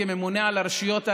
כממונה על הרשויות הללו,